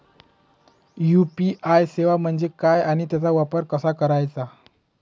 UPI सेवा म्हणजे काय आणि त्याचा वापर कसा करायचा?